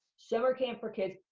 summer camp for kids.